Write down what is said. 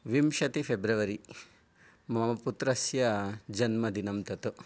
विंशति फेब्रवरी मम पुत्रस्य जन्मदिनं तत्